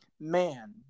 man